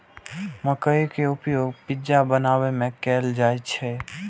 मकइ के उपयोग पिज्जा बनाबै मे कैल जाइ छै